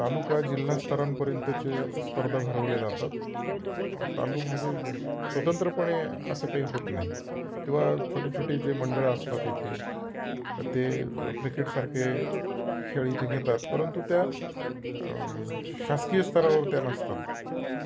तालुका जिल्हास्तरांपर्यंतचे स्पर्धा भरवले जातात पण तालुका म्हणजे स्वतंत्रपणे असं काही होत नाही किंवा छोटे छोटे जे मंडळं असतात इथे ते क्रिकेटसारखे खेळ इथे घेतात परंतु त्या शासकीय स्तरावर त्या नसतात